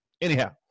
Anyhow